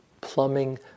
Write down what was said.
Plumbing